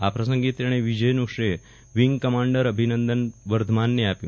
આ પ્રસંગે તેણે વિજયનું શ્રેય વિંગ કમાન્ડર અભિનંદન વર્ધમાનને આપ્યું